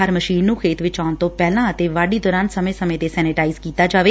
ਹਰ machine ਨੂੰ ਖੇਤ ਵਿੱਚ ਆਊਣ ਤੋ ਪਹਿਲਾਂ ਅਤੇ ਵਾਢੀ ਦੋਰਾਨ ਸਮੇਂ ਸਮੇਂ ਤੇ ਸੈਨੀਟਾਈਜ ਕੀਤਾ ਜਾਵੇ